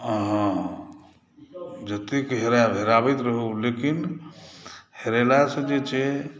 अहाँ जतेक हेरैब हेराबैत रहू लेकिन हेरेलासँ जे छै